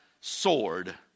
sword